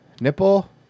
Nipple